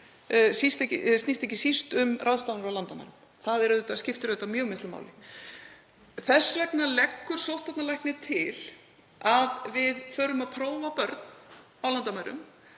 það snýst ekki síst um ráðstafanir á landamærum. Það skiptir auðvitað mjög miklu máli. Þess vegna leggur sóttvarnalæknir til að við förum að prófa börn á landamærum.